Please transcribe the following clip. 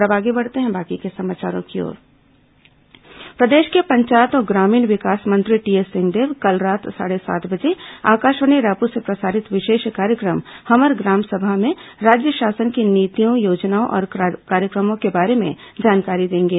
हमर ग्राम सभा प्रदेश के पंचायत और ग्रामीण विकास मंत्री टीएस सिंहदेव कल रात साढ़े सात बजे आकाशवाणी रायपुर से प्रसारित विशेष कार्यक्रम हमर ग्राम सभा में राज्य शासन की नीतियों योजनाओं और कार्यक्रमों के बारे में जानकारी देंगे